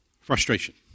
Frustration